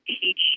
teach